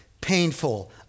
painful